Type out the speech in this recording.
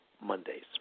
Mondays